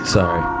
Sorry